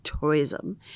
tourism